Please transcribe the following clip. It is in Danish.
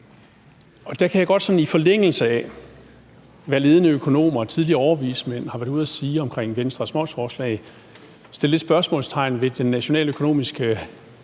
Der kan jeg godt i forlængelse af, hvad ledende økonomer og tidligere overvismænd har været ude at sige om Venstres momsforslag, sætte et spørgsmålstegn ved de nationaløkonomiske